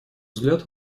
взгляд